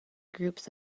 groups